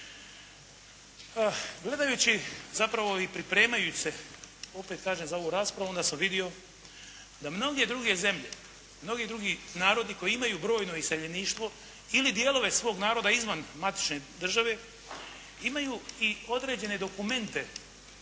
Gledajući zapravo i pripremajući se opet kažem za ovu raspravu onda sam vidio da mnoge druge zemlje, mnogi drugi narodi koji imaju brojno iseljeništvo ili dijelove svog naroda izvan matične države, imaju i određene dokumente,